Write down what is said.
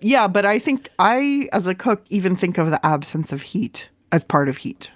yeah, but i think i as a cook even think of the absence of heat as part of heat